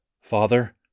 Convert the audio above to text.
Father